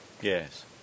Yes